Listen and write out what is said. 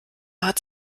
hat